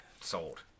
sold